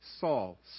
Saul